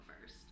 first